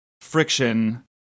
friction